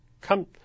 come